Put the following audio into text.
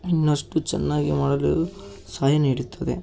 ಇನ್ನಷ್ಟು ಚೆನ್ನಾಗಿ ಮಾಡಲು ಸಹಾಯ ನೀಡುತ್ತದೆ